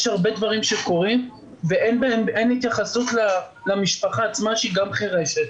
יש הרבה דברים שקורים ואין התייחסות למשפחה עצמה שהיא גם חירשת.